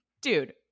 dude